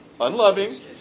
Unloving